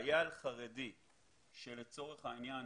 חייל חרדי שלצורך העניין